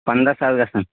پنٛداہ ساس گژھان